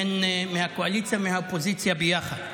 הן מהקואליציה ומהאופוזיציה ביחד.